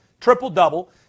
triple-double